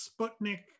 Sputnik